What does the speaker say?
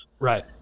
Right